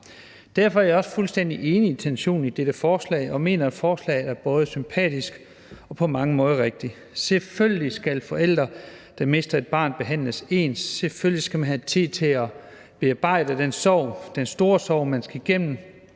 Derfor er jeg også fuldstændig enig i intentionen i dette forslag og mener, at forslaget er både sympatisk og på mange måder rigtigt. Selvfølgelig skal forældre, der mister et barn, behandles ens. Selvfølgelig skal man have tid til at bearbejde den sorg – den store sorg, man skal igennem,